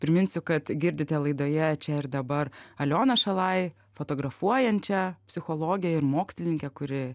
priminsiu kad girdite laidoje čia ir dabar alioną šalaj fotografuojančią psichologę ir mokslininkę kuri